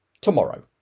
tomorrow